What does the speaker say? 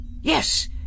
Yes